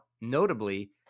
notably